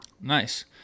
nice